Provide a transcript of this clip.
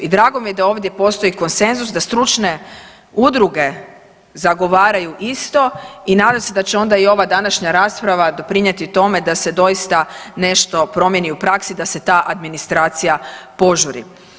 I drago mi je da ovdje postoji konsenzus da stručne udruge zagovaraju isto i nadam se da će onda i ova današnja rasprava doprinijeti tome da se doista nešto promijeni u praksi, da se ta administracija požuri.